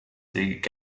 gaining